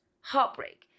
heartbreak